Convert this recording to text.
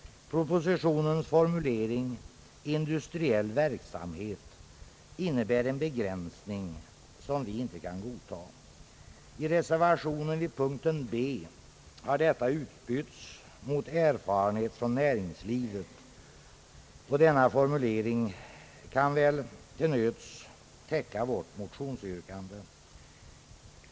Propositionens formulering »industriell verksamhet» innebär en begränsning, som vi inte kan godta. I reservationen vid punkten B har detta utbytts mot »erfarenhet från näringslivet», och denna formulering kan till nöds täcka vårt motionsyrkande.